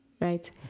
right